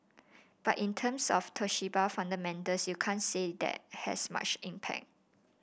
but in terms of Toshiba fundamentals you can't say that has much impact